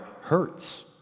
hurts